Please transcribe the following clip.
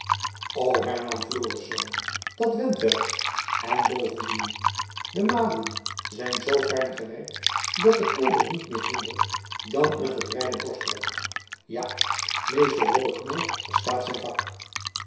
hernam florisz dat went wel en bovendien do maliën zijn zoo fijn gewerkt dat de kolder niet meer hindert dan een gebreide borstrok ja meester robbeknol verstaat zijn werk